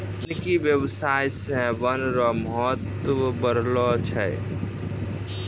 वानिकी व्याबसाय से वन रो महत्व बढ़लो छै